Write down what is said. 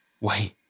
Wait